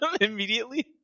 immediately